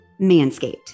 Manscaped